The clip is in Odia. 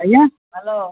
ଆଜ୍ଞା ହ୍ୟାଲୋ